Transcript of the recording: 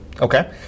Okay